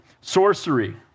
Sorcery